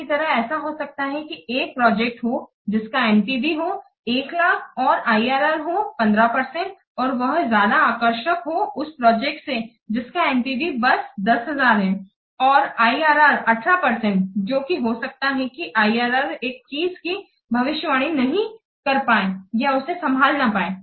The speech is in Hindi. इसी तरह ऐसा हो सकता है कि एक प्रोजेक्ट हो जिसका NPV हो 100000 और IRR हो 15 परसेंट और वह ज्यादा आकर्षक हो उस प्रोजेक्ट से जिसका NPV बस 10000 है और IRR 18 परसेंटजो कि हो सकता है कि IRR इस चीज की भविष्यवाणी नहीं कर पाए या उसे संभाल ना पाए